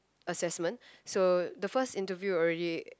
assessment so the first interview already